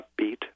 upbeat